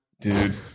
Dude